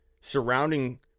surrounding